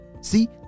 see